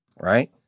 right